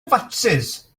fatsis